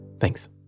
Thanks